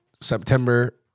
September